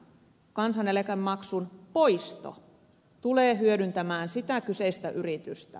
kansaneläkemaksun poisto tulee hyödyttämään sitä kyseistä yritystä